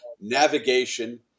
navigation